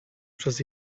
przez